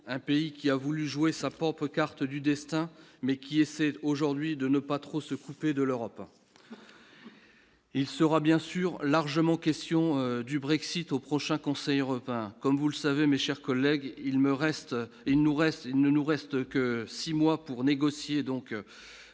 un pays qui a voulu jouer sa propre carte du destin mais qui essaie aujourd'hui de ne pas trop se couper de l'Europe. Il sera bien sûr largement question du Brexit au prochain conseil européen comme vous le savez, mes chers collègues, il me reste il nous reste,